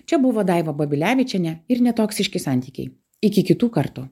čia buvo daiva babilevičienė ir netoksiški santykiai iki kitų kartų